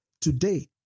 today